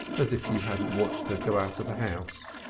as if you hadn't watched her go out of the house!